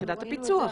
ביחידת הפיצוח,